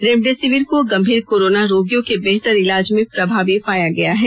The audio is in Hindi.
रेमडेसिविर को गंभीर कोरोना रोगियों के बेहतर इलाज में प्रभावी पाया गया है